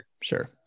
Sure